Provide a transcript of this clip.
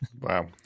Wow